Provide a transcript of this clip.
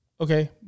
Okay